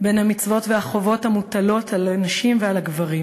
בין המצוות והחובות המוטלות על הנשים ועל הגברים,